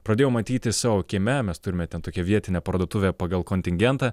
pradėjau matyti savo kieme mes turime ten tokia vietinę parduotuvę pagal kontingentą